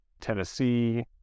Tennessee